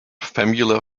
familiar